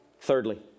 Thirdly